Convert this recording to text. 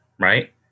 right